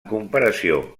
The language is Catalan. comparació